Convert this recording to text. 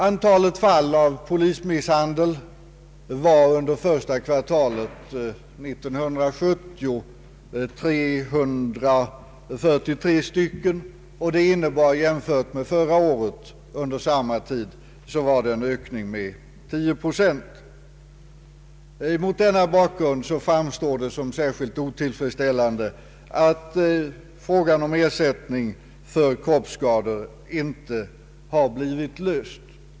Antalet fall av polismisshandel var under första kvartalet i år 343 stycken. Det innebär jämfört med samma tid förra året en ökning med 10 procent. Mot denna bakgrund framstår det som särskilt otillfredsställande att frågan om ersättning för kroppsskador inte har blivit löst.